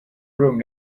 room